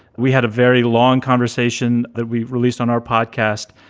we had a very long conversation that we released on our podcast.